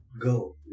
Go